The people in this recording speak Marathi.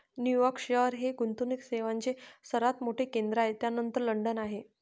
न्यूयॉर्क शहर हे गुंतवणूक सेवांचे सर्वात मोठे केंद्र आहे त्यानंतर लंडन आहे